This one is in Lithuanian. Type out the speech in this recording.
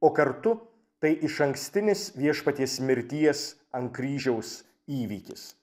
o kartu tai išankstinis viešpaties mirties ant kryžiaus įvykis